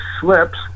slips